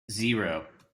zero